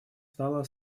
стала